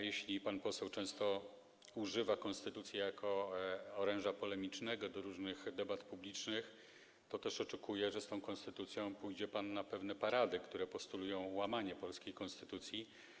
Jeśli pan poseł często używa konstytucji jako oręża polemicznego w różnych debatach publicznych, to oczekuję też, że z tą konstytucją pójdzie pan na pewne parady, które postulują łamanie polskiej konstytucji.